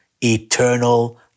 eternal